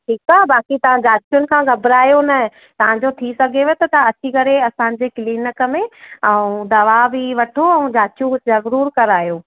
ठीकु आहे बाक़ी तव्हां जांचियूं खां घबरायो न तव्हां जो थी सघेव त तव्हां अची करे असांजे क्लिनक में ऐं दवा बि वठो ऐं जांचियूं बि ज़रूरु करायो